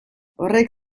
horrek